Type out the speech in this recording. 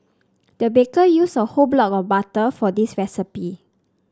the baker used a whole block of butter for this recipe